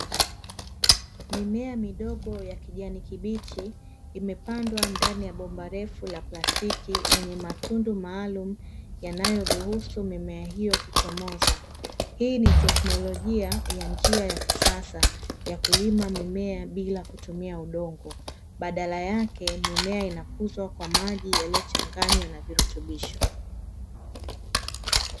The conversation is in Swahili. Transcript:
Mimea midogo ya kijani kibichi, imepandwa ndani ya bomba refu la plastiki lenye matundu maalumu, yanayoruhusu mimea hiyo kuchomoza. Hii ni teknolojia ya njia ya kisasa, ya kulima mimea bila kutumia udongo. Badala yake mimea inakuzwa kwa maji yaliyochanganywa na virutubisho.